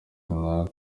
runaka